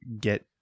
get